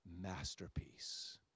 masterpiece